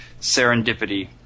serendipity